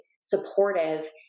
supportive